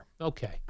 Okay